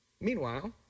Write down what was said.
Meanwhile